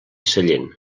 sallent